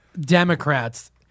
Democrats